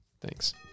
Thanks